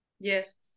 Yes